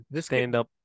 stand-up